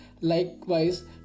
Likewise